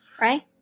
Right